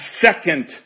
second